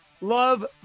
love